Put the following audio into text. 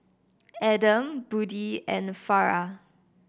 Adam Budi and Farah